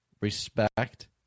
respect